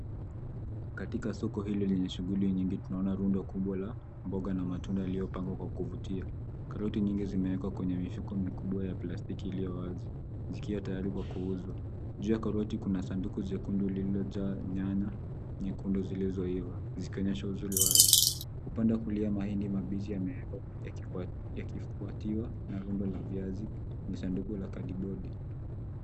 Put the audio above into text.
Katika soko hili lenye shughuli nyingi tunaona rundo kubwa la mboga na matunda iliyopangwa kwa kuvutia. Karoti nyingi zimewekwa kwenye mifuko mikubwa ya plastiki iliyo wazi zikiwa tayari kwa kuuzwa. Juu ya karoti kuna sanduku jekundu lililojaa nyanya nyekundu zilizoiva zikionyesha uzuri wake. Upande wa kulia mahindi mabichi yamewekwa yakifuatiwa na rundo la viazi, visanduku la kadibodi.